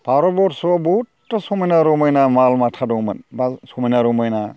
भारत बरस'आव बहुदथा समायना रमायना माल माथा दंमोन बा समायना रमायना